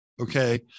Okay